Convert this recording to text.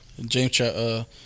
James